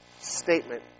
statement